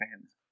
fans